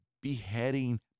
beheading